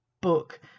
book